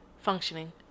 functioning